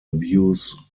abuse